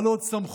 על עוד סמכות,